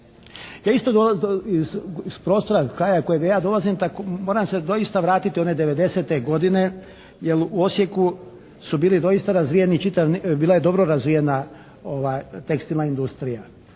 prostora, iz prostora, kraja iz kojega ja dolazim moram se doista vratiti u one devedesete godine jer u Osijeku su bili doista razvijeni čitav, bila je dobro razvijena tekstilna industrija.